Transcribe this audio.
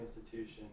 institution